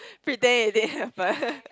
pretend it didn't happen